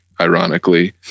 ironically